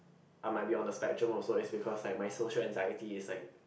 I might be on the spectrum also is because like my society anxiety is like